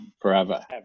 Forever